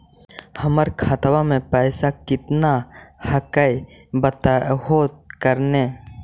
हमर खतवा में पैसा कितना हकाई बताहो करने?